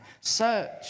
search